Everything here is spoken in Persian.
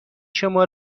شما